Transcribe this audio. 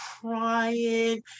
crying